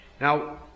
Now